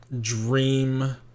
dream